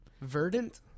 Verdant